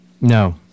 No